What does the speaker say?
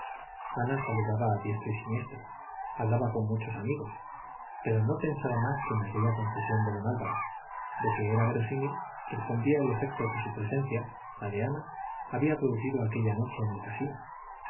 ana saludaba a diestro y siniestro hablaba con muchos amigos pero no pensaba más que en aquella confesión de don álvaro de que era verosímil respondía el efecto que su presencia la de ana había producido aquella noche en el casino